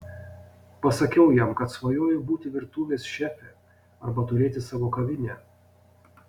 pasakiau jam kad svajoju būti virtuvės šefė arba turėti savo kavinę